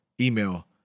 email